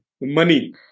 Money